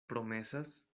promesas